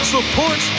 Support